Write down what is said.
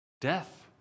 death